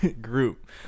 group